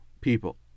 people